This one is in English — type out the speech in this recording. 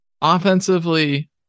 Offensively